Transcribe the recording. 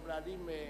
אנחנו מנהלים,